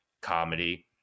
comedy